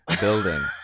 building